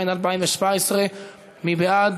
התשע"ז 2017. מי בעד?